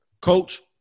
coach